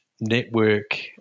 network